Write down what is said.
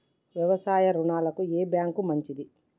వ్యవసాయ రుణాలకు ఏ బ్యాంక్ మంచిది?